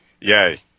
Yay